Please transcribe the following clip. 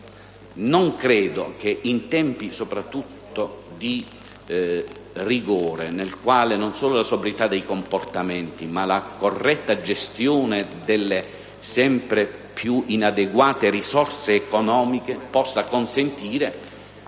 Non credo che, in tempi soprattutto di rigore, non solo la sobrietà dei comportamenti, ma anche la corretta gestione delle sempre più inadeguate risorse economiche, possano consentire